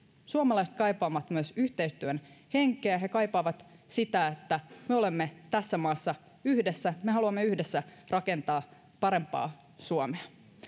suomalaiset kaipaavat myös yhteistyön henkeä he kaipaavat sitä että me olemme tässä maassa yhdessä me haluamme yhdessä rakentaa parempaa suomea